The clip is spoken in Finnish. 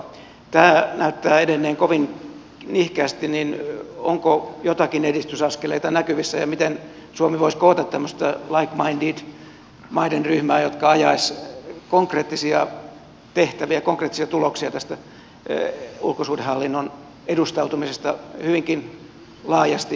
tämä näyttää edenneen kovin nihkeästi joten onko joitakin edistysaskeleita näkyvissä ja miten suomi voisi koota tämmöistä like minded maiden ryhmää joka ajaisi konkreettisia tehtäviä konkreettisia tuloksia tästä ulkosuhdehallinnon edustautumisesta hyvinkin laajasti maailmassa